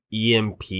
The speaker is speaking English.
EMP